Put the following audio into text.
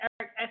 Eric